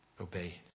obey